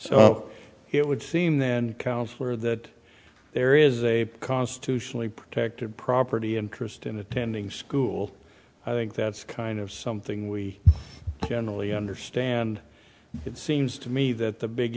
so it would seem then counselor that there is a constitutionally protected property interest in attending school i think that's kind of something we generally understand it seems to me that the big